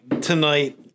tonight